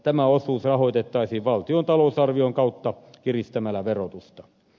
tämä osuus rahoitettaisiin valtion talousarvion kautta kiristämällä verotusta